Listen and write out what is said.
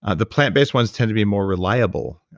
ah the plant-based ones tend to be more reliable,